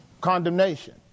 Condemnation